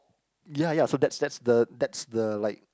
ya ya so that's that's the that's the like